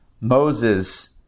Moses